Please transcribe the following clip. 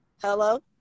Hello